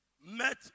met